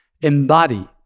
embody